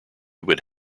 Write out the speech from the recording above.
would